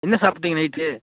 என்ன சாப்பிட்டீங்க நைட்டு